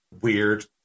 weird